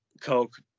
Coke